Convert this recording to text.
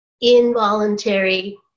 involuntary